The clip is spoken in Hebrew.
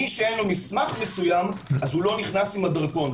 מי שאין לו מסמך מסוים, לא נכנס עם הדרכון.